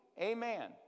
Amen